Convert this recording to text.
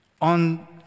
On